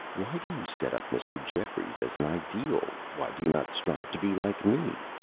why do you set up mr. jeffries as an ideal? why do you not strive to be like me?